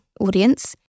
audience